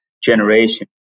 generation